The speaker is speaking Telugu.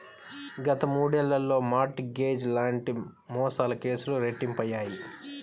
గత మూడేళ్లలో మార్ట్ గేజ్ లాంటి మోసాల కేసులు రెట్టింపయ్యాయి